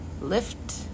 Lift